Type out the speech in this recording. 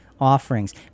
offerings